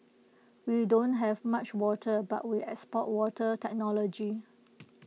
we don't have much water but we export water technology